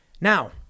Now